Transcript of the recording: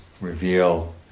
reveal